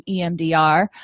EMDR